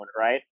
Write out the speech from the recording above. right